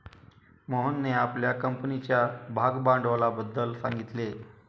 मोहनने आपल्या कंपनीच्या भागभांडवलाबद्दल सांगितले